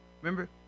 Remember